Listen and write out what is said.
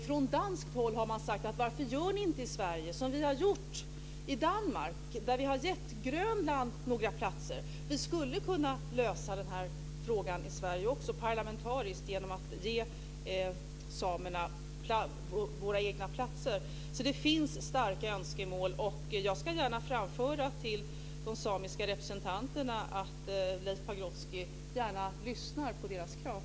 Från danskt håll har man sagt så här: Varför gör ni inte i Sverige som vi har gjort i Danmark, där vi har gett Grönland några platser? Vi skulle kunna lösa denna fråga parlamentariskt också i Sverige genom att ge samerna våra egna platser. Det finns starka önskemål. Jag ska framföra till de samiska representanterna att Leif Pagrotsky gärna lyssnar på deras krav.